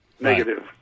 negative